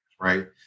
Right